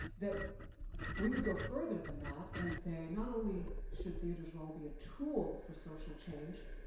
that we would go further than that and say, not only should theaters' role be a tool for social change,